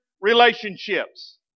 relationships